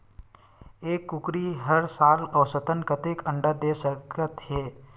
एक कुकरी हर साल औसतन कतेक अंडा दे सकत हे?